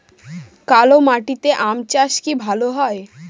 কালো মাটিতে আম চাষ কি ভালো হয়?